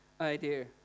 idea